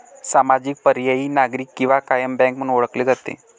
सामाजिक, पर्यायी, नागरी किंवा कायम बँक म्हणून ओळखले जाते